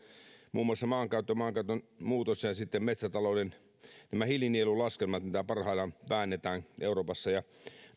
muun muassa maankäytöstä ja ja sitten metsätalouden hiilinielulaskelmista mitä parhaillaan väännetään euroopassa